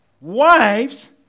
wives